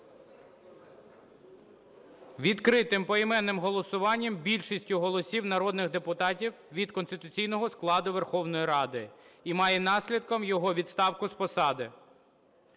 Відкритим поіменним голосуванням більшістю голосів народних депутатів від конституційного складу Верховної Ради і має наслідком його відставку з посади.